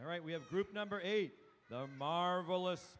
right we have group number eight marvelous